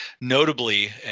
notably